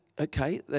Okay